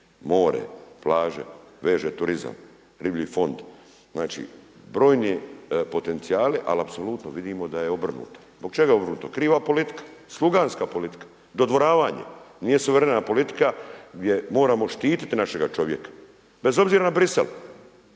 more, plaže, veže turizam, riblji fond. Znači, brojni potencijali ali apsolutno vidimo da je obrnuto. Zbog čega je obrnuto? Kriva je politika, sluganska politika, dodvoravanje. Nije suverena politika gdje moramo štititi našega čovjeka bez obzira na Bruxelles.